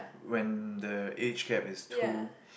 when the age gap is too